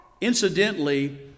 incidentally